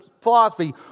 philosophy